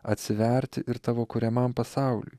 atsiverti ir tavo kuriamam pasauliui